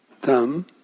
thumb